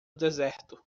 deserto